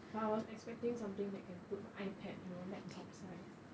but I was expecting something that can put my ipad you know laptop size